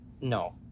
no